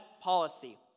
policy